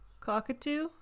cockatoo